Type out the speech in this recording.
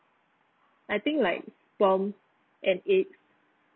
I think like sperm and egg